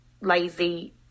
lazy